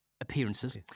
appearances